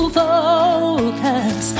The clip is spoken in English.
focus